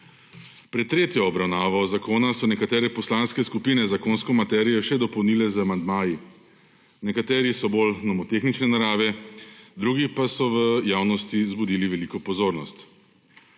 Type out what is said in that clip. Pred tretjo obravnavo zakona so nekatere poslanske skupine zakonsko materijo še dopolnile z amandmaji. Nekateri so bolj nomotehnične narave, drugi pa so v javnosti zbudili veliko pozornost.